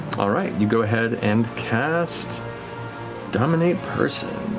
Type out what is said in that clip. all right, you go ahead and cast dominate person.